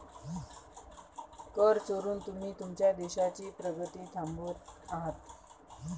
कर चोरून तुम्ही तुमच्या देशाची प्रगती थांबवत आहात